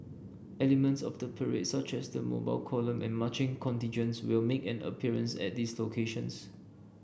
elements of the parade such as the Mobile Column and marching contingents will make an appearance at these locations